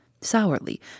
sourly